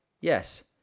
yes